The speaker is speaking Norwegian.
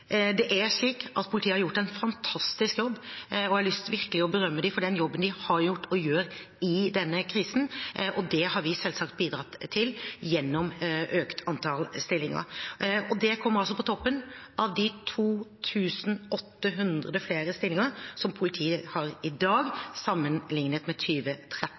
Politiet har gjort en fantastisk jobb, og jeg har lyst til virkelig å berømme dem for den jobben de har gjort og gjør i denne krisen. Det har vi selvsagt bidratt til gjennom økt antall stillinger, og det kommer på toppen av de 2 800 flere stillinger politiet har i dag sammenlignet med